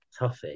toughy